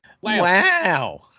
Wow